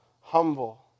humble